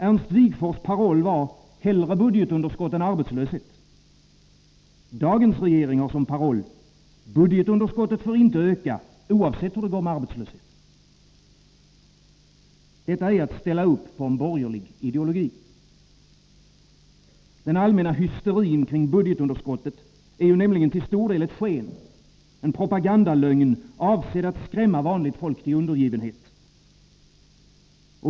Ernst Wigforss paroll var ”hellre budgetunderskott än arbetslöshet”. Dagens regering har som paroll ”budgetunderskottet får inte öka, oavsett hur det går med arbetslösheten”. Detta är att ställa upp på en borgerlig ideologi. Den allmänna hysterin kring budgetunderskottet är till stor del ett sken, en propagandalögn, avsedd att skrämma vanligt folk till undergivenhet.